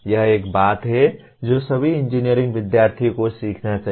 यह एक बात है जो सभी इंजीनियरिंग विद्यार्थियों को सीखना चाहिए